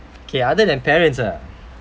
okay other than parents ah